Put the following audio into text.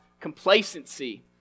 complacency